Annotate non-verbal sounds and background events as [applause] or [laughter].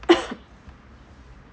[coughs]